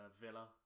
Villa